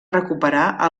recuperar